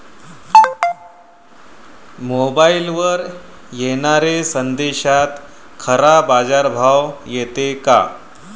मोबाईलवर येनाऱ्या संदेशात खरा बाजारभाव येते का?